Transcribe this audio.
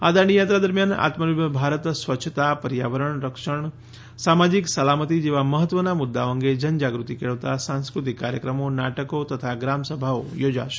આ દાંડીયાત્રા દરમિયાન આત્મનિર્ભર ભારત સ્વચ્છતા પર્યાવરણ રક્ષણ સામાજિક સલામતી જેવા મહત્વના મુદ્દાઓ અંગે જનજાગૃતિ કેળવતા સાંસ્કૃતિક કાર્યક્રમો નાટકો તથા ગ્રામસભાઓ યોજાશે